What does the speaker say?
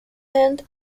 and